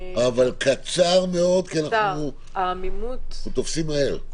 אבל ממש בקצרה כי אנחנו תופסים מהר.